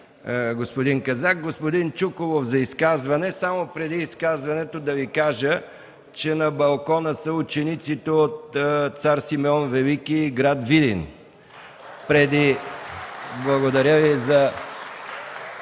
господин Казак. Господин Чуколов – за изказване. Преди изказването да Ви кажа, че на балкона са учениците от „Цар Симеон Велики” – град Видин. (Ръкопляскания.)